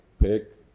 pick